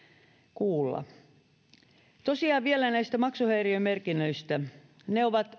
kuulla vielä maksuhäiriömerkinnöistä ne ovat